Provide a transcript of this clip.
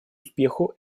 успеху